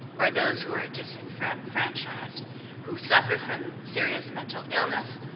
or those who are disenfranchised who suffer from serious mental illness,